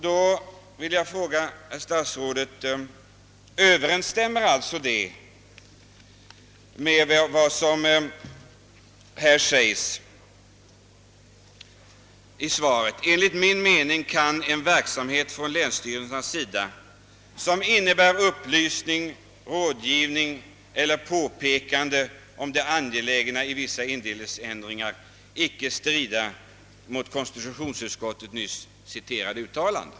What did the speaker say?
Då vill jag fråga herr statsrådet: Överensstämmer detta med vad som sägs i svaret: »Enligt min mening kan en verksamhet från länsstyrelsernas sida, som innebär upplysning, rådgivning eller påpekanden om det angelägna i vissa indelningsändringar, inte strida mot konstitutionsutskottets nyss citerade uttalanden»?